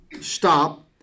stop